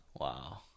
wow